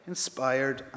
Inspired